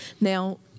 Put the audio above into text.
Now